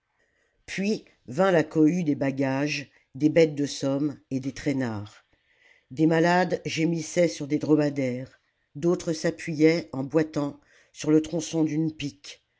puis vint la cohue des bagages des bêtes de somme et des traînards des malades gémissaient sur des dromadaires d'autres s'appuyaient en boitant sur le tronçon d'une pique